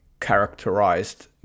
characterized